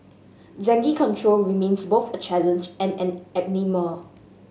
dengue control remains both a challenge and an enigma